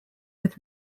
with